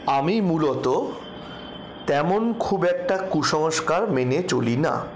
আমি মূলত তেমন খুব একটা কুসংস্কার মেনে চলি না